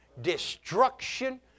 destruction